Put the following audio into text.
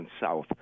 South